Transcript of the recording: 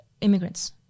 immigrants